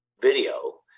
video